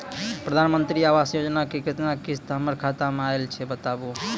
प्रधानमंत्री मंत्री आवास योजना के केतना किस्त हमर खाता मे आयल छै बताबू?